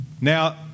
Now